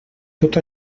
tot